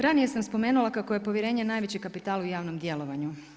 Ranije sam spomenula kako je povjerenje najveći kapital u javnom djelovanju.